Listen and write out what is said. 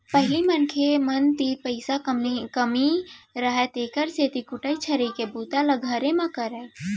पहिली मनखे मन तीर पइसा कमती रहय तेकर सेती कुटई छरई के बूता ल घरे म करयँ